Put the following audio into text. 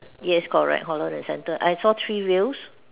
yes correct hollow on the center I saw three wheels